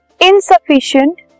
insufficient